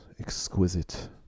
Exquisite